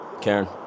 Karen